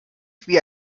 wie